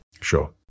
Sure